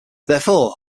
therefore